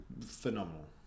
phenomenal